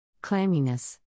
Clamminess